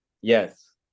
Yes